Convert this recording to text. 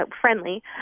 Friendly